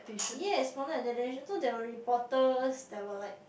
yes modern adaptation so there were reporters that were like